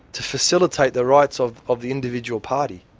to facilitate the rights of of the individual party,